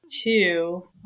two